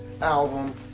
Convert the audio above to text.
album